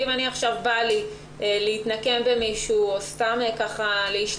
אם עכשיו בא לי להתנקם במישהו או סתם להשתעשע,